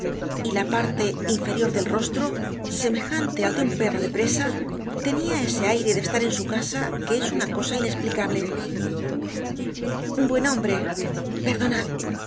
y la parte inferior del rostro semejante al de un perro de presa tenia ese aire de estar en su casa que es una cosa inesplicable buen hombre perdonad